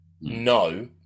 No